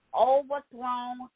overthrown